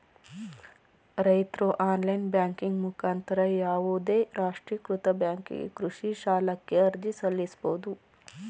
ರೈತ್ರು online banking ಮುಖಾಂತರ ಯಾವುದೇ ರಾಷ್ಟ್ರೀಕೃತ ಬ್ಯಾಂಕಿಗೆ ಕೃಷಿ ಸಾಲಕ್ಕೆ ಅರ್ಜಿ ಸಲ್ಲಿಸಬೋದು